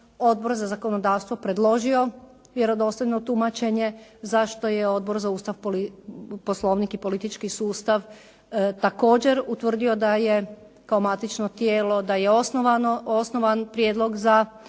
Odbor za zakonodavstvo predložio vjerodostojno tumačenje, zašto je Odbor za Ustav, Poslovnik i politički sustav također utvrdio da je kao matično tijelo, da je osnovan prijedlog za